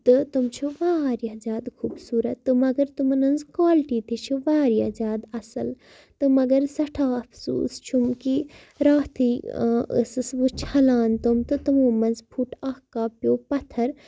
تہٕ تم چھِ واریاہ زیادٕ خوٗبصوٗرت تہٕ مگر تمَن ہٕنٛز کالٹی تہِ چھِ واریاہ زیادٕ اَصٕل تہٕ مگر سٮ۪ٹھاہ اَفسوٗس چھُم کہِ راتھٕے ٲسٕس بہٕ چھَلان تم تہٕ تمو منٛز پھُٹ اَکھ کَپ پیوٚ پَتھَر